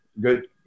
good